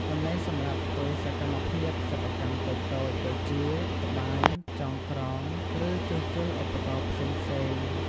កន្លែងសម្រាប់ធ្វើសកម្មភាពសិប្បកម្មតូចៗ ដូចជា ត្បាញ ចងក្រង ឬជួសជុលឧបករណ៍ផ្សេងៗ ។